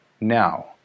now